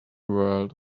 world